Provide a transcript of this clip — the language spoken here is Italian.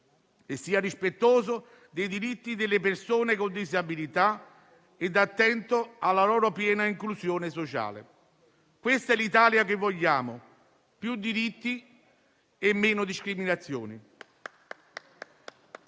sia rispettoso dei diritti delle persone con disabilità e attento alla loro piena inclusione sociale. Questa è l'Italia che vogliamo: più diritti e meno discriminazioni.